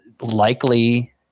likely